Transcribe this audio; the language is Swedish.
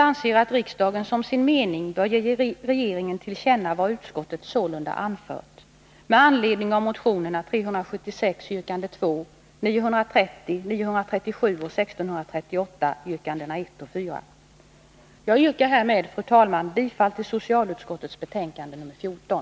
Jag yrkar härmed, fru talman, bifall till socialutskottets hemställan i dess betänkande nr 14.